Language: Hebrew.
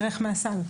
ערך מהסל,